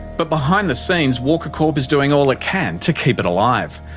but behind the scenes walker corp is doing all it can to keep it alive.